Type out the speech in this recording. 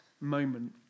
moment